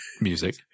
music